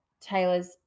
Taylor's